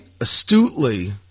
astutely